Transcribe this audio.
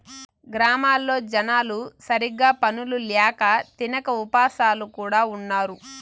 గ్రామాల్లో జనాలు సరిగ్గా పనులు ల్యాక తినక ఉపాసాలు కూడా ఉన్నారు